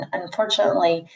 unfortunately